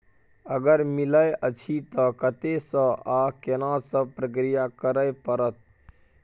अगर मिलय अछि त कत्ते स आ केना सब प्रक्रिया करय परत?